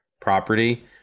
property